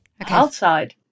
Outside